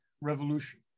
revolution